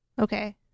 okay